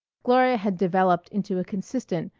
gloria had developed into a consistent,